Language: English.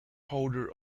holder